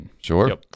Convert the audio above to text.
Sure